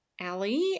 Allie